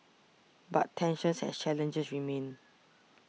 but tensions and challenges remain